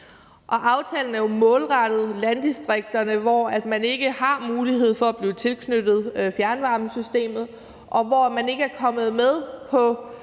Aftalen er målrettet landdistrikterne, hvor man ikke har mulighed for at blive tilknyttet fjernvarmesystemet, og hvor man så at sige ikke er kommet med på